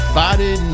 body